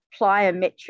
plyometric